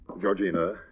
Georgina